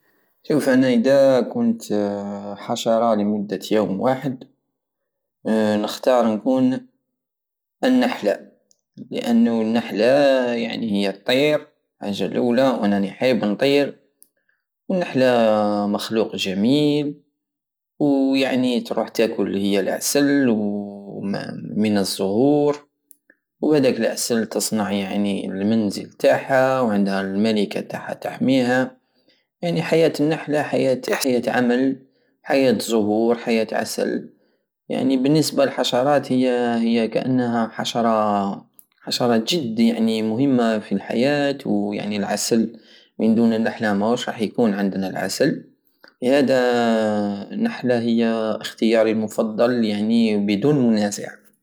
شوف انا ادا كنت حشرة لمدة يوم واحد نختار نكون النحلة لانو النحلة يعني الطير الحاجة اللولى وانا راني حايب نطير والنحلة مخلوق جميل ويعني تروح تاكل هي لعسل ومن الزهور وهداك لعسل تصنع بيه يعني المنزل تاعها وعندها الملكة تاعها تحميها يعني حياة النحلة حياة- حياة عمل حياة زهور حياة عسل يعني بالنسبة للحشرات هي- هي كانها حشرة- حشرة جد يعني مهمة في الحياة ويعني العسل مندون النحلة مش رح يكون عندنا العسل لهدا النحلة هي اختياري المفضل ليعني بدون منازع